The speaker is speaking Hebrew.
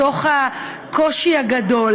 בתוך הקושי הגדול,